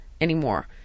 anymore